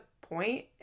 point